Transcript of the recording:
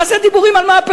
מה זה הדיבורים על מהפכות?